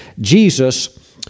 Jesus